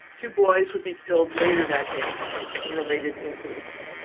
two boys would be killed later that day in related incidents.